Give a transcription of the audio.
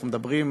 אנחנו מדברים,